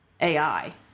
AI